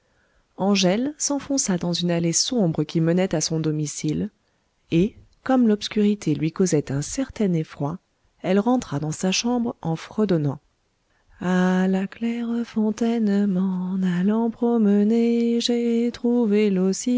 angèle s'enfonça dans une allée sombre qui menait à son domicile et comme l'obscurité lui causait un certain effroi elle rentra dans sa chambre en fredonnant a la claire fontaine